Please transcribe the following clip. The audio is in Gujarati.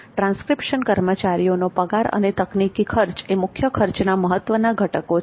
ટ્રાંસ્ક્રિપ્શન કર્મચારીઓનો પગાર અને તકનીકી ખર્ચ એ મુખ્ય ખર્ચના મહત્વના ઘટકો છે